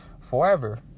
forever